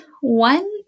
one